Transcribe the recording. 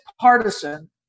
partisan